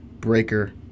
Breaker